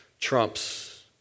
trumps